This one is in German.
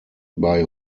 bei